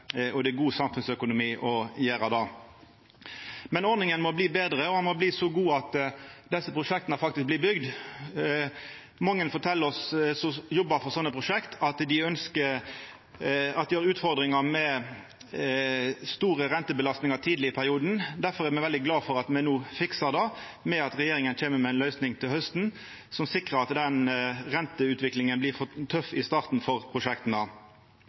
Det er god samfunnsøkonomi å gjera det. Ordninga må bli betre, og ho må bli så god at desse prosjekta faktisk blir bygde. Det er mange som jobbar for slike prosjekt som fortel oss at dei har utfordringar med store rentebelastningar tidleg i perioden. Difor er me veldig glade for at me no fiksar det ved at regjeringa kjem med ei løysing til hausten som sikrar at renteutviklinga ikkje blir for tøff i starten for prosjekta.